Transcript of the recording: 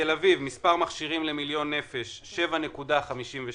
בתל אביב מספר מכשירים למיליון נפש הוא 7.57,